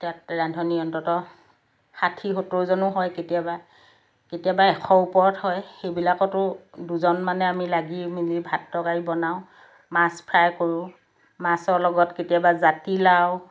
তাত ৰান্ধনী অন্তত সাঠি সত্তৰজনো হয় কেতিয়াবা কেতিয়াবা এশৰ ওপৰত হয় এইবিলাকতো দুজনমানে আমি লাগি মেলি ভাত তৰকাৰি বনাওঁ মাছ ফ্ৰাই কৰোঁ মাছৰ লগত কেতিয়াবা জাতিলাও